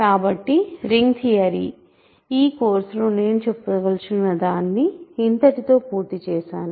కాబట్టి ring theory ఈ కోర్సులో నేను చెప్పదలచుకున్నదాన్ని ఇంతటితో పూర్తి చేశాను